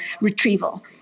retrieval